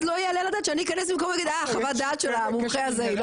לא יעלה על הדעת שאני אכנס במקום חוות הדעת של המומחה הזה.